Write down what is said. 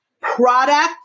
product